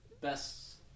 Best